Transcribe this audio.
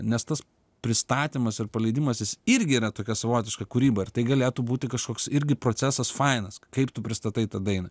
nes tas pristatymas ir paleidimas jis irgi yra tokia savotiška kūryba ir tai galėtų būti kažkoks irgi procesas fainas kaip tu pristatai tą dainą